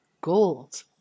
gold